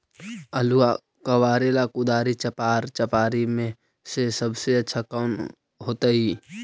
आलुआ कबारेला कुदारी, चपरा, चपारी में से सबसे अच्छा कौन होतई?